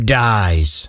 dies